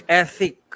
ethic